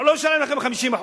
אנחנו לא נשלם לכם 50%,